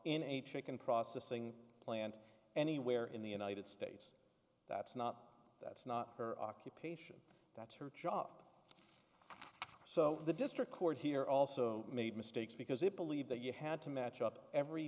in a chicken processing plant anywhere in the united states that's not that's not her occupation that's her chop so the district court here also made mistakes because it believed that you had to match up every